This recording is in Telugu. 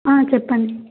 ఆ చెప్పండి